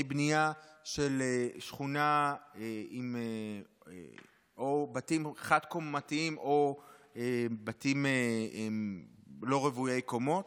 בנייה של שכונה עם בתים חד-קומתיים או בתים לא רוויי קומות.